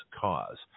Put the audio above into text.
cause